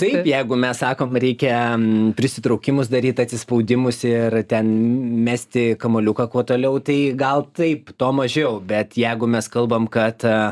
taip jeigu mes sakom reikia prisitraukimus daryt atsispaudimus ir ten mesti kamuoliuką kuo toliau tai gal taip to mažiau bet jeigu mes kalbam kad